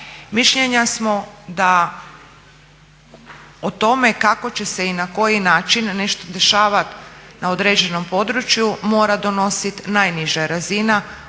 Mišljenja smo da o tome kako će se i na koji način nešto dešavati na određenom području mora donositi najniža razina, u